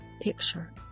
picture